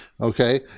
okay